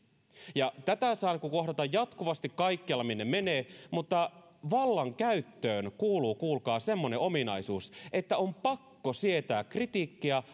ja tätä saa kohdata jatkuvasti kaikkialla minne menee mutta vallankäyttöön kuuluu kuulkaa semmoinen ominaisuus että on pakko sietää kritiikkiä